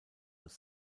aus